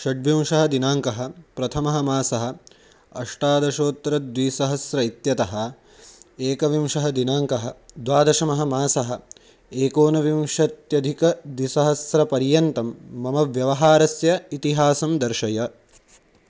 षड्विंशतिदिनाङ्कः प्रथमः मासः अष्टादशोत्तरद्विसहस्र इत्यतः एकविंशः दिनाङ्कः द्वादशमः मासः एकोनविंशत्यधिकद्विसहस्रपर्यन्तं मम व्यवहारस्य इतिहासं दर्शय